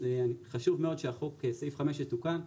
וחשוב מאוד שסעיף 5 יתוקן.